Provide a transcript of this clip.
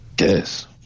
Yes